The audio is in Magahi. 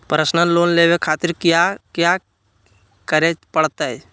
पर्सनल लोन लेवे खातिर कया क्या करे पड़तइ?